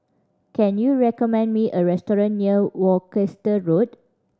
can you recommend me a restaurant near Worcester Road